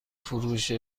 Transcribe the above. فروش